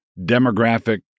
demographic